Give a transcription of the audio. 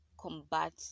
combat